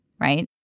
Right